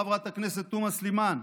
חברת הכנסת תומא סלימאן,